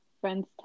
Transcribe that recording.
Friends